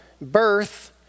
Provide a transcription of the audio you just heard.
birth